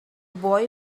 boy